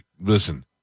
Listen